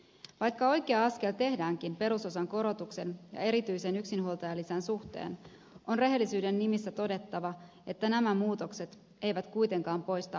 vaikka oikea askel tehdäänkin perusosan korotuksen ja erityisen yksinhuoltajalisän suhteen on rehellisyyden nimissä todettava että nämä muutokset eivät kuitenkaan poista maastamme köyhyyttä